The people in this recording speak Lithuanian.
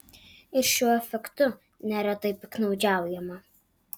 ir šiuo afektu neretai piktnaudžiaujama